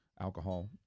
Alcohol